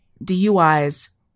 DUIs